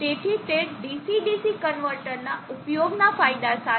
તેથી તે DC DC કન્વર્ટરના ઉપયોગના ફાયદા સાથે